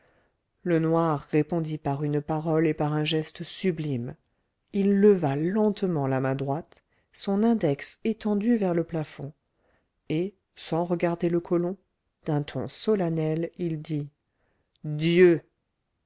le noir répondit par une parole et par un geste sublimes il leva lentement la main droite son index étendu vers le plafond et sans regarder le colon d'un ton solennel il dit dieu